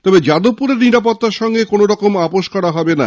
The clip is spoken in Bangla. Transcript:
তবে যাদবপুরের নিরাপত্তার সঙ্গে কোনওরকম আপোষ করা হবে না